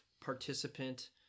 participant